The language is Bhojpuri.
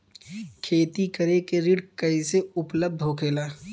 खेती करे के ऋण कैसे उपलब्ध होखेला?